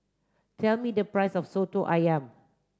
tell me the price of Soto Ayam